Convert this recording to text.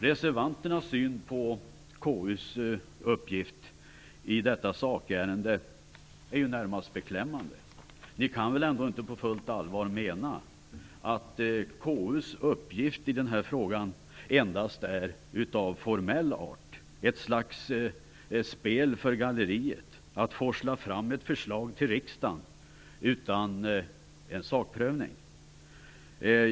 Reservanternas syn på KU:s uppgift i detta sakärende, är närmast beklämmande. Ni kan väl ändå inte på fullt allvar mena att KU:s uppgift i denna fråga endast är av formell art, och att det handlar om ett slags spel för galleriet - att forsla fram ett förslag till riksdagen? Det är ju fråga om en sakprövning.